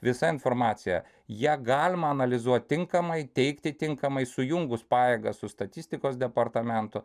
visa informacija ją galima analizuot tinkamai teikti tinkamai sujungus pajėgas su statistikos departamentu